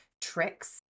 tricks